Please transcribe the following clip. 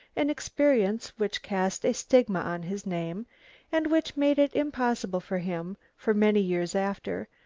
an experience which cast a stigma on his name and which made it impossible for him, for many years after,